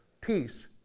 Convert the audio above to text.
Peace